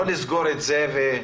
לא לסגור את זה.